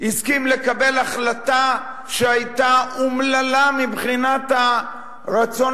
הסכים לקבל החלטה שהיתה אומללה מבחינת הרצון